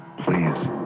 Please